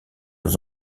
aux